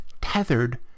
tethered